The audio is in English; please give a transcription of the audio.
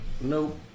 Nope